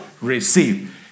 receive